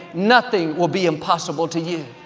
nothing will be impossible to you.